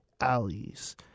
Alley's